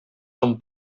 són